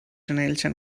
nelson